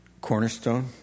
Cornerstone